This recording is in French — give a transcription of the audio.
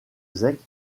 zec